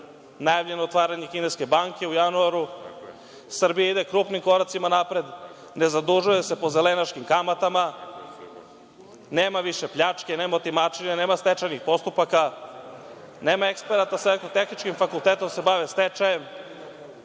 Najavljeno je otvaranje kineske banke u januaru. Srbija ide krupnim koracima napred, ne zadužuje se po zelenaškim kamatama, nema više pljačke, nema otimačine, nema stečajnih postupaka, nema eksperata sa elektrotehničkim fakultetom da se bave stečajem.